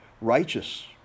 righteous